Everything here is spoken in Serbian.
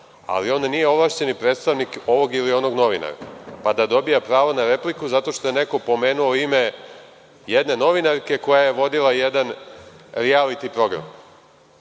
Ali, on nije ovlašćeni predstavnik ovog ili onog novinara, pa da dobija pravo na repliku, zato što je neko pomenuo ime jedne novinarke koja je vodila jedan rijaliti program.